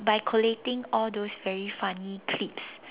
by collating all those very funny clips